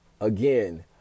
Again